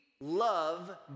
love